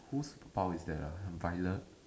whose power is that ah Violet